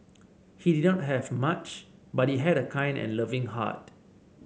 he did not have much but he had a kind and loving heart